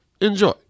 Enjoy